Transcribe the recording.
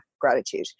gratitude